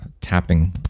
tapping